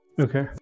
Okay